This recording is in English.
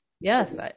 yes